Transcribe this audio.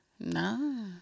No